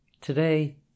Today